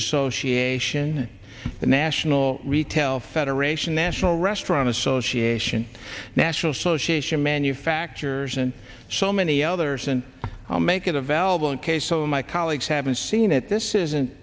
association the national retail federation national restaurant association national socialist to manufacturers and so many others and make it available in case some of my colleagues haven't seen it this isn't